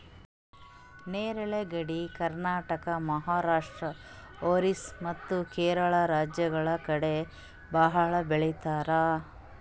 ನೇರಳೆ ಗಡ್ಡಿ ಕರ್ನಾಟಕ, ಮಹಾರಾಷ್ಟ್ರ, ಓರಿಸ್ಸಾ ಮತ್ತ್ ಕೇರಳ ರಾಜ್ಯಗಳ್ ಕಡಿ ಭಾಳ್ ಬೆಳಿತಾರ್